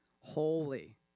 holy